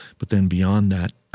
but then beyond that,